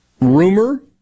rumor